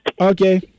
Okay